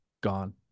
gone